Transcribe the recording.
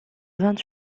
vingt